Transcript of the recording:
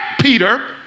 Peter